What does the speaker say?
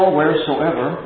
wheresoever